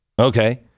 Okay